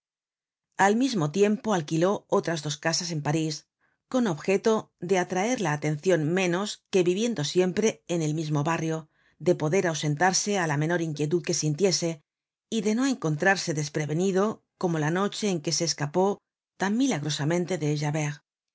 al mismo tiempo alquiló otras dos casas en parís con objeto de atraer la atencion menos que viviendo siempre en el mismo barrio de poder ausentarse á la menor inquietud que sintiese y de no encontrarse desprevenido como la noche en que se escapó tan milagrosamente de